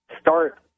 start